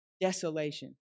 desolation